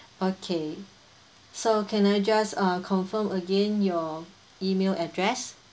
okay so can I just uh confirm again your email address